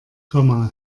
komma